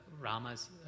Rama's